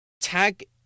Tag